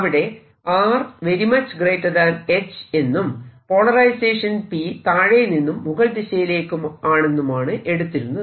അവിടെ R h എന്നും polarisation P താഴെനിന്നും മുകൾ ദിശയിലേക്കാണെന്നുമാണ് എടുത്തിരുന്നത്